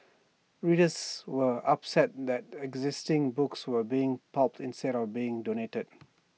readers were upset that existing books were being pulped instead of being donated